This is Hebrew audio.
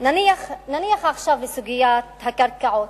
נניח עכשיו לסוגיית הקרקעות,